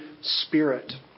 Spirit